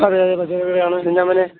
അതെ അതെ പച്ചക്കറിക്കടയാണ് എന്താ മോനേ